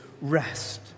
rest